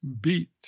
beat